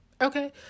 okay